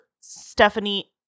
Stephanie